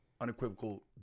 unequivocal